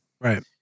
Right